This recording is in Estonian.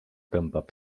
tõmbab